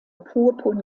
purpurn